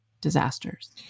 disasters